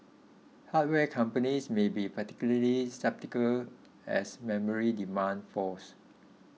hardware companies may be particularly susceptible as memory demand falls